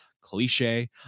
cliche